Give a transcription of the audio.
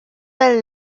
del